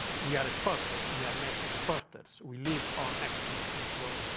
we are exporters. we are net exporters. we live on export. and so